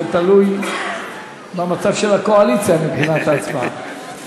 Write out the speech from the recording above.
זה תלוי במצב של הקואליציה מבחינת ההצבעה.